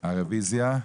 הרוויזיה?